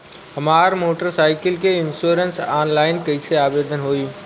हमार motor cycle के insurance online कईसे आवेदन होई?